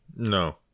No